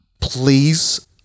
Please